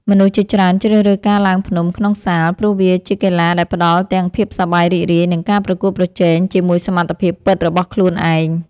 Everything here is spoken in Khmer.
មនុស្សជាច្រើនជ្រើសរើសការឡើងភ្នំក្នុងសាល ព្រោះវាជាកីឡាដែលផ្ដល់ទាំងភាពសប្បាយរីករាយ និងការប្រកួតប្រជែងជាមួយសមត្ថភាពពិតរបស់ខ្លួនឯង។